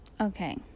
Okay